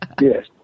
Yes